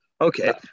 okay